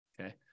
Okay